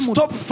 Stop